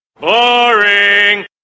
boring